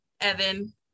Evan